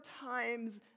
times